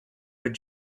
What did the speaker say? with